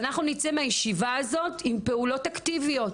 ואנחנו נצא מהישיבה הזאת עם פעולות אקטיביות,